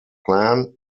plan